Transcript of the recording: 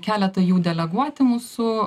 keletą jų deleguoti mūsų